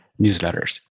newsletters